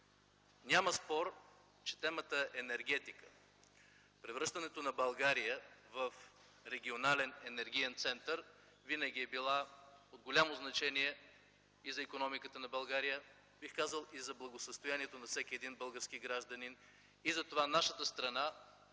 Няма спор, че темата „енергетика” и превръщането на България в регионален енергиен център винаги е била от голямо значение за икономиката на България и за благосъстоянието на всеки български гражданин, за това нашата страна